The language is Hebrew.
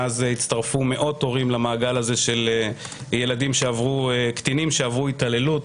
מאז הצטרפו מאות הורים למעגל הזה של קטינים שעברו התעללות,